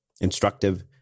instructive